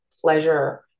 pleasure